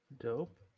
Dope